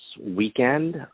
weekend